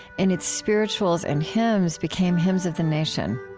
and its spirituals and hymns became hymns of the nation.